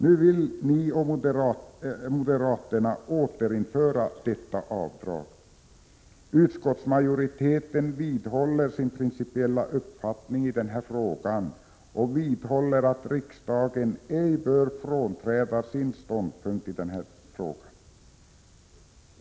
Nu vill ni och moderaterna återinföra detta avdrag. Utskottsmajoriteten vidhåller sin principiella uppfattning i denna fråga och menar att riksdagen ej bör frånträda sin ståndpunkt.